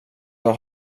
jag